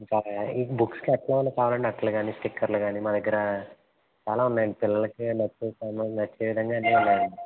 ఇంకా బుక్స్కి అట్టలు ఏమైన కావాలంటే అట్టలు కానీ స్టిక్కర్లు కానీ మా దగ్గర చాలా ఉన్నాయండి పిల్లలకు నచ్చే సామాను నచ్చే విధంగా అన్నీ ఉన్నాయండి